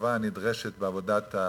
הטובה הנדרשת בעבודת הרופאים?